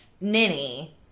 Ninny